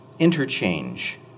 interchange